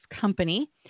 company